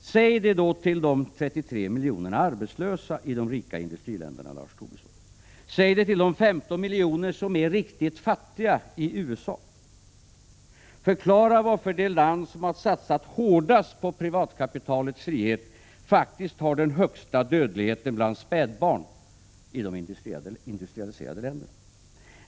Säg då det till de 33 miljonerna arbetslösa i de rika industriländerna, Lars Tobisson! Säg det till de 15 miljoner som är riktigt fattiga i USA! Förklara varför det land som har satsat hårdast på privatkapitalets frihet faktiskt har den högsta dödligheten bland spädbarn i de industrialiserade länderna!